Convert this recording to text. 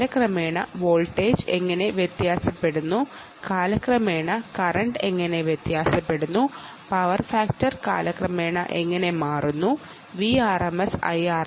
കാലക്രമേണ വോൾട്ടേജും കറൻററും എങ്ങനെ വ്യത്യാസപ്പെടുന്നു പവർ ഫാക്ടർ എങ്ങനെ മാറുന്നു എന്നതാണ് നമ്മൾ അറിയേണ്ടത്